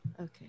Okay